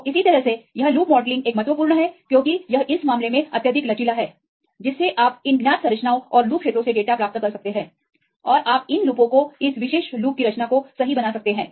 तो इसी तरह से यह लूप मॉडलिंग एक महत्वपूर्ण है क्योंकि यह इस मामले में अत्यधिक लचीला है कि आप इन ज्ञात संरचनाओं और लूप क्षेत्रों से डेटा प्राप्त कर सकते हैं और आप इन लूपों को इस विशेष लूप की रचना को सही बना सकते हैं